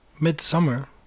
midsummer